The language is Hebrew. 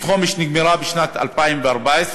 תוכנית החומש נגמרה בשנת 2014,